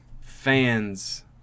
fans –